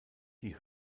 die